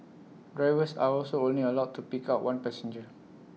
drivers are also only allowed to pick up one passenger